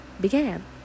began